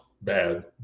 bad